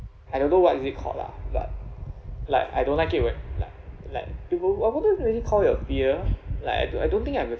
I don't know what is it called lah but like I don't like it when like like people I wonder any call your fear like I don't I don't think I have uh